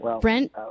Brent